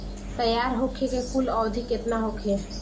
तैयार होखे के कुल अवधि केतना होखे?